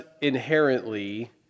inherently